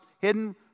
Hidden